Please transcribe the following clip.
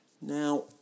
Now